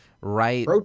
right